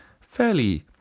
fairly